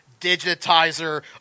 digitizer